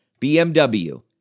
BMW